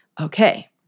okay